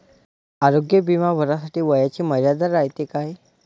आरोग्य बिमा भरासाठी वयाची मर्यादा रायते काय?